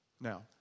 Now